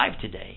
today